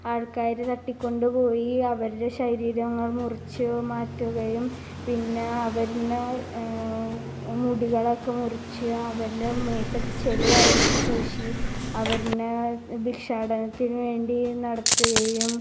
ആൾക്കാർ തട്ടിക്കൊണ്ടുപോയി അവരുടെ ശരീരങ്ങൾ മുറിച്ച് മാറ്റുകയും പിന്നെ അവരെ മുടികളൊക്കെ മുറിച്ച് അവരുടെ മേത്തൊക്കെ ചെളി വാരി പൂശി അവരെ ഭിക്ഷാടനത്തിന് വേണ്ടി നടത്തുകയും